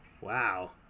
Wow